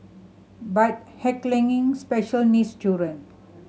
but heckling special needs children